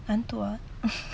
ngantuk ah